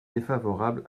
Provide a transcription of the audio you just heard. défavorable